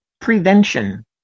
prevention